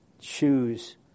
choose